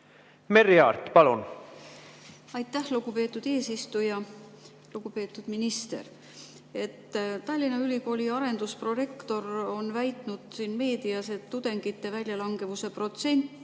selgust saada. Aitäh, lugupeetud eesistuja! Lugupeetud minister! Tallinna Ülikooli arendusprorektor on väitnud meedias, et tudengite väljalangemuse protsent